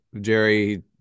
Jerry